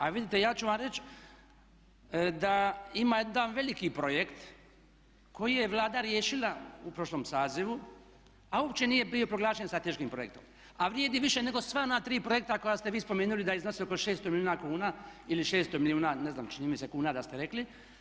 A vidite ja ću vam reći da ima jedan veliki projekt koji je Vlada riješila u prošlom sazivu a uopće nije bio proglašen strateškim projektom a vrijedi više nego sva ona tri projekta koja ste vi spomenuli da iznose oko 600 milijuna kuna ili 600 milijuna čini mi se kuna da ste rekli.